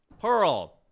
pearl